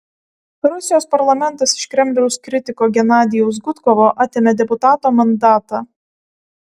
rusijos parlamentas iš kremliaus kritiko genadijaus gudkovo atėmė deputato mandatą